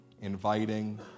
inviting